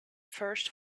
first